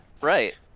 Right